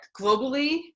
globally